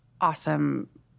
awesome